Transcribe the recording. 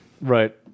right